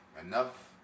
enough